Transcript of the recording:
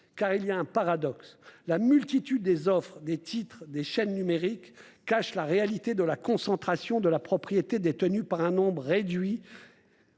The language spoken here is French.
car il y a un paradoxe : la multitude des offres, des titres et des chaînes numériques cache la réalité de la concentration de la propriété au profit d'un nombre réduit